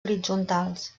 horitzontals